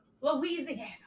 Louisiana